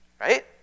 right